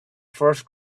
first